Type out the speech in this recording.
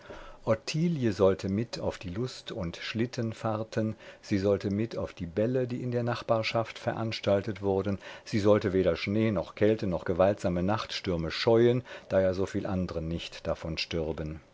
sollte mit auf die lust und schlittenfahrten sie sollte mit auf die bälle die in der nachbarschaft veranstaltet wurden sie sollte weder schnee noch kälte noch gewaltsame nachtstürme scheuen da ja soviel andre nicht davon